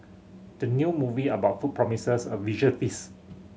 the new movie about food promises a visual feast